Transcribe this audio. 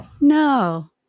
No